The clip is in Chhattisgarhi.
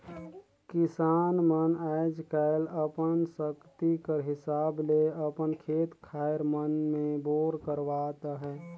किसान मन आएज काएल अपन सकती कर हिसाब ले अपन खेत खाएर मन मे बोर करवात अहे